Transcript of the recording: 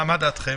מה דעתכם?